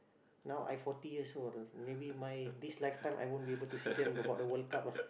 now I forty years old maybe my this lifetime I won't be able to see them go about the World-Cup